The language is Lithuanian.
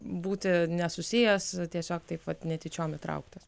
būti nesusijęs tiesiog taip vat netyčiom įtrauktas